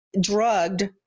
drugged